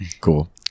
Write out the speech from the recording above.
Cool